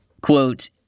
quote